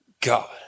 god